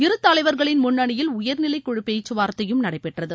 இரு தலைவர்களின் முன்னிணியில் உயர்நிலைக் குழு பேச்சு வார்த்தையும் நடைபெற்றது